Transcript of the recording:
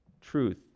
truth